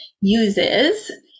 uses